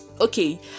Okay